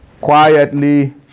Quietly